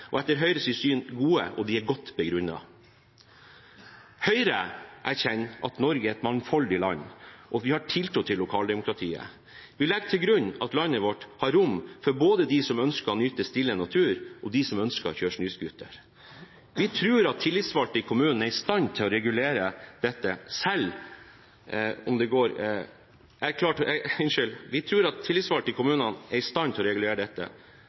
og det er forbud mot naturinngrep osv. Rammene for å gi tillatelse til å lage løyper er streng, og de er etter Høyres syn gode og godt begrunnet. Høyre erkjenner at Norge er et mangfoldig land, og vi har tiltro til lokaldemokratiet. Vi legger til grunn at landet vårt har rom for både dem som ønsker å nyte stille natur og de som ønsker å kjøre snøscooter. Vi tror at tillitsvalgte i kommunene er i stand til å regulere dette.